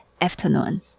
afternoon